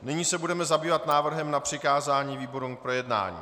Nyní se budeme zabývat návrhem na přikázání výborům k projednání.